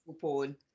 porn